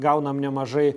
gaunam nemažai